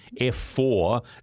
F4